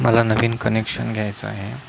मला नवीन कनेक्शन घ्यायचं आहे